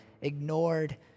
ignored